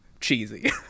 cheesy